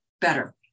better